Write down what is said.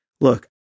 look